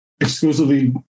exclusively